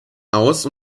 aus